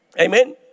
Amen